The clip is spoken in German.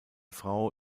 frau